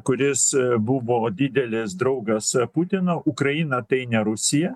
kuris buvo didelis draugas putino ukraina tai ne rusija